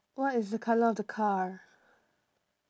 what is the colour of the car